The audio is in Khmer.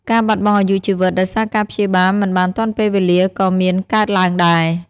ការបាត់បង់អាយុជីវិតដោយសារការព្យាបាលមិនបានទាន់ពេលវេលាក៏មានកើតឡើងដែរ។